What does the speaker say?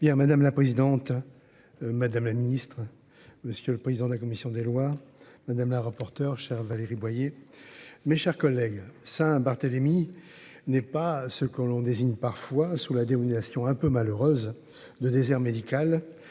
madame la présidente. Madame la Ministre, monsieur le président de la commission des lois. Madame la rapporteure chers Valérie Boyer. Mes chers collègues Saint Barthélémy n'est pas ce qu'on désigne parfois sous la désignation un peu malheureuse de désert médical